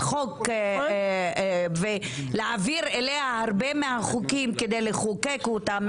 החוקה ולהעביר אליה הרבה מהחוקים כדי לחוקק אותם,